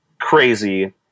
crazy